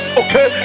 okay